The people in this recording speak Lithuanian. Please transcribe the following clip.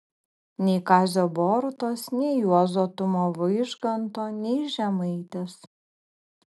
nei kazio borutos nei juozo tumo vaižganto nei žemaitės